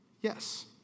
Yes